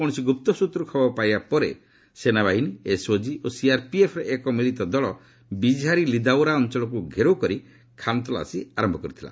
କୌଣସି ଗୁପ୍ତ ସୂତ୍ରରୁ ଖବର ପାଇବା ପରେ ସେନାବାହିନୀ ଏସ୍ଓଜି ଓ ସିଆର୍ପିଏଫ୍ର ଏକ ମିଳିତ ଦଳ ବିଜ୍ହାରା ଲିଉଦାରା ଅଞ୍ଚଳକୁ ଘେରାଉ କରି ଖାନ୍ତଲାସୀ ଆରମ୍ଭ କରିଥିଲେ